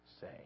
say